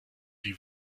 die